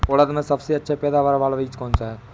उड़द में सबसे अच्छा पैदावार वाला बीज कौन सा है?